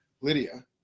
Lydia